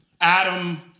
Adam